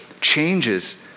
changes